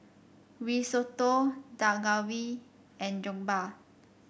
Risotto Dak Galbi and Jokbal